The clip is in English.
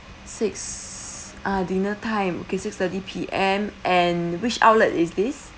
six ah dinner time okay six thirty P_M and which outlet is this